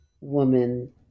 woman